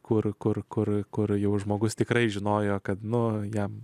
kur kur kur kur jau žmogus tikrai žinojo kad nuo jam